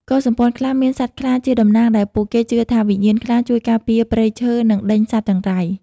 កុលសម្ព័ន្ធខ្លះមាន "សត្វខ្លា" ជាតំណាង ដែលពួកគេជឿថាវិញ្ញាណខ្លាជួយការពារព្រៃឈើ និងដេញសត្វចង្រៃ។